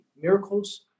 miracles